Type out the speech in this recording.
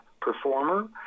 performer